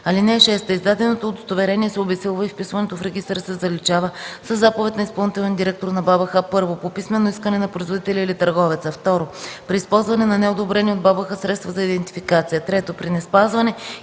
БАБХ. (6) Издаденото удостоверение се обезсилва и вписването в регистъра се заличава със заповед на изпълнителния директор на БАБХ: 1. по писмено искане на производителя или търговеца; 2. при използване на неодобрени от БАБХ средства за идентификация; 3. при неспазване